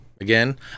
again